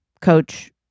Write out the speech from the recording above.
Coach